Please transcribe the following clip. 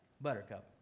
buttercup